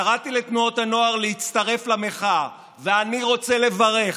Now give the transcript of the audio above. קראתי לתנועות הנוער להצטרף למחאה, ואני רוצה לברך